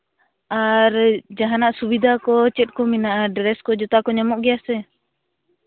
ᱟᱨ ᱡᱟᱦᱟᱱᱟᱜ ᱥᱩᱵᱤᱫᱷᱟ ᱠᱚ ᱪᱮᱫ ᱠᱚ ᱢᱮᱱᱟᱜᱼᱟ ᱰᱨᱮᱥ ᱠᱚ ᱡᱩᱛᱟ ᱠᱚ ᱧᱟᱢᱚᱜ ᱜᱮᱭᱟ ᱥᱮ